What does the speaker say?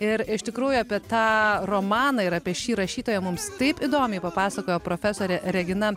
ir iš tikrųjų apie tą romaną ir apie šį rašytoją mums taip įdomiai papasakojo profesorė regina